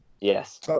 Yes